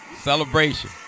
Celebration